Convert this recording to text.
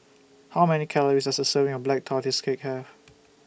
How Many Calories Does A Serving of Black Tortoise Cake Have